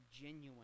genuine